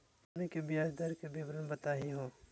हमनी के ब्याज दर के विवरण बताही हो?